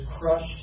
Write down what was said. crushed